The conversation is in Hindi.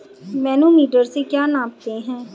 मैनोमीटर से क्या नापते हैं?